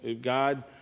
God